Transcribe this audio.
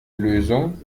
lösung